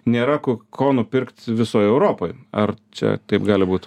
nėra ko ko nupirkt visoj europoj ar čia taip gali būt